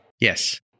Yes